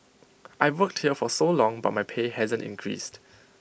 I've worked here for so long but my pay hasn't increased